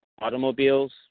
automobiles